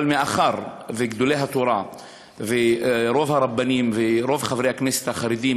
אבל מאחר שגדולי התורה ורוב הרבנים ורוב חברי הכנסת החרדים,